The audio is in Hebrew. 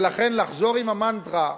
ולכן, לחזור עם המנטרה: